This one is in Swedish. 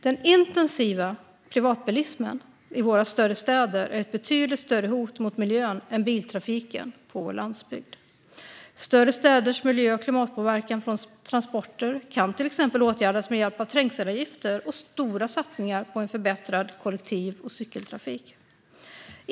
Den intensiva privatbilismen i våra större städer är ett betydligt större hot mot miljön än biltrafiken på vår landsbygd. Större städers miljö och klimatpåverkan från transporter kan till exempel åtgärdas med hjälp av trängselavgifter och stora satsningar på en förbättrad kollektiv och cykeltrafik.